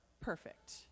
perfect